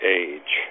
age